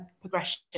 progression